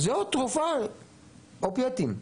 זה עוד תרופה, אופיאטים.